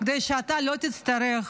כדי שאתה לא תצטרך